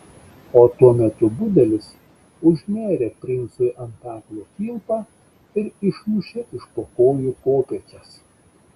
o tuo metu budelis užnėrė princui ant kaklo kilpą ir išmušė iš po kojų kopėčias